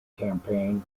campaign